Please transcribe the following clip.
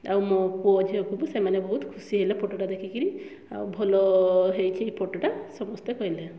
ଆଉ ମୋ ପୁଅ ଝିଅକୁ ତ ସେମାନେ ବହୁତ ଖୁସି ହେଲେ ଫଟୋଟା ଦେଖିକିରି ଆଉ ଭଲ ହେଇଛି ହେଇ ଫଟୋଟା ସମସ୍ତେ କହିଲେ